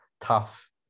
tough